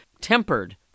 tempered